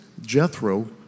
Jethro